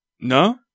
no